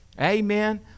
Amen